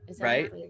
Right